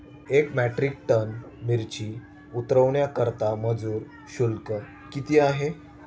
एक metric ton मिरची उतरवण्याकरता मजुर शुल्क किती आहे?